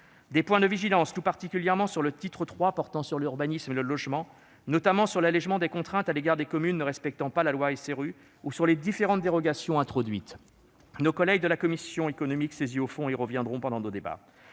les points de vigilance, je citerai, au titre III portant sur l'urbanisme et le logement, l'allégement des contraintes à l'égard des communes ne respectant pas la loi SRU et les différentes dérogations introduites. Nos collègues de la commission des affaires économiques, saisie au fond, y reviendront pendant nos débats.